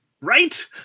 right